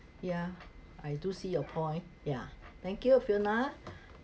yeah I do see your point yeah thank you fiona it was a good